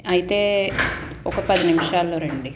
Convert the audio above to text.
అయితే ఒక పదినిమిషాల్లో రండి